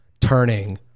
turning